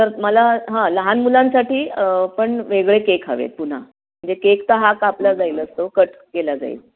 तर मला हां लहान मुलांसाठी पण वेगळे केक हवेत पुन्हा म्हणजे केक तर हा कापला जाईलच तो कट केला जाईल